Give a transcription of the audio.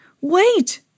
Wait